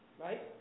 right